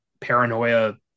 paranoia